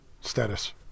status